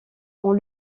ont